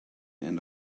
and